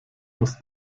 muss